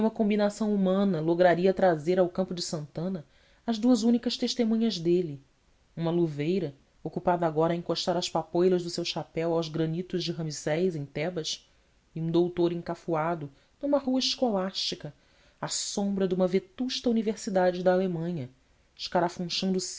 combinação humana lograria trazer ao campo de santana as duas únicas testemunhas dele uma luveira ocupada agora a encostar as papoulas do seu chapéu aos granitos de ramsés em tebas e um doutor encafuado numa rua escolástica à sombra de uma vetusta universidade da alemanha escarafunchando